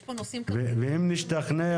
יש פה נושאים --- ואם נשתכנע,